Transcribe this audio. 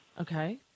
Okay